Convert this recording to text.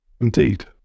Indeed